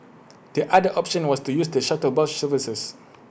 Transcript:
the other option was to use the shuttle bus services